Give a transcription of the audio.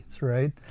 right